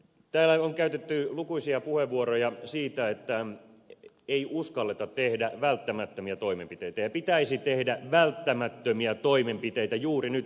täällä on käytetty lukuisia puheenvuoroja siitä että ei uskalleta tehdä välttämättömiä toimenpiteitä ja pitäisi tehdä välttämättömiä toimenpiteitä juuri nyt eikä odottaa